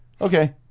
Okay